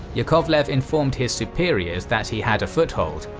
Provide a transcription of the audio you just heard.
yakovlev informed his superiors that he had a foothold,